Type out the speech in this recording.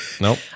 nope